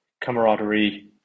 camaraderie